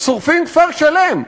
שורפים כפר שלם.